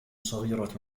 صغيرة